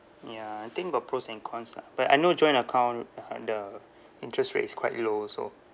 ya I think got pros and cons lah but I know joint account uh the interest rate is quite low also